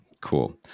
cool